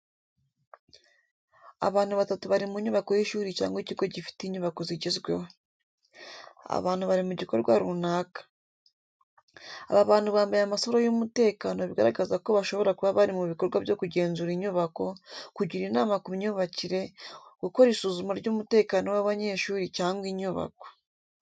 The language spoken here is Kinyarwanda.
Abantu batatu bari mu nyubako y’ishuri cyangwa ikigo gifite inyubako zigezweho. Abantu bari mu gikorwa runaka. Aba bantu bambaye amasaro y’umutekano bigaragaza ko bashobora kuba bari mu bikorwa byo kugenzura inyubako, kugira inama ku myubakire, gukora isuzuma ry’umutekano w’abanyeshuri cyangwa inyubako.